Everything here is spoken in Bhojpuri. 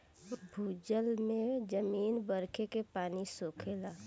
भूजल में जमीन बरखे के पानी सोखेले